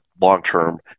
long-term